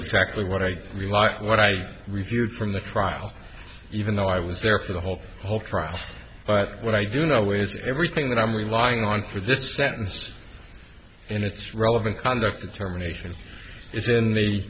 exactly what i really like what i reviewed from the trial even though i was there for the whole whole trial but what i do know is everything that i'm relying on for this sentenced and it's relevant conduct determination is in